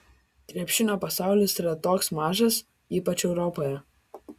krepšinio pasaulis yra toks mažas ypač europoje